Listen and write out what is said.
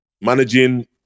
managing